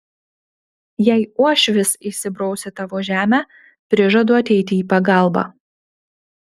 jei uošvis įsibraus į tavo žemę prižadu ateiti į pagalbą